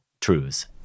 truths